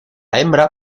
hembra